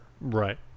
Right